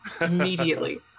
immediately